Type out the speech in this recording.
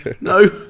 no